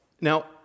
Now